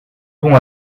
pont